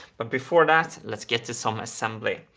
but before that, let's get to some assembly.